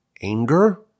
anger